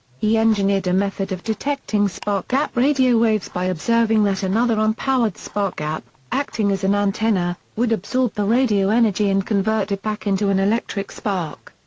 he engineered a method of detecting spark-gap radio waves by observing that another unpowered spark-gap, acting as an antenna, would absorb the radio energy and convert it back into an electric spark.